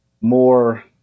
more